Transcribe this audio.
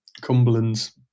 Cumberland's